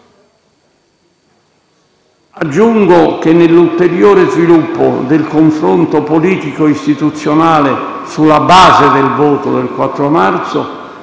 Aggiungo che, nell'ulteriore sviluppo del confronto politico istituzionale sulla base del voto del 4 marzo,